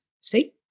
See